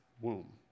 womb